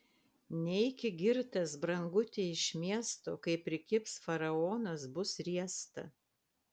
neiki girtas branguti iš miesto kai prikibs faraonas bus riesta